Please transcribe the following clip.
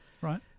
Right